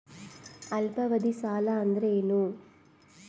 ಅಲ್ಪಾವಧಿ ಸಾಲ ಅಂದ್ರ ಏನು?